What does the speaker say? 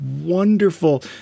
wonderful